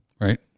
Right